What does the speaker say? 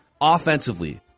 offensively